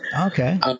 okay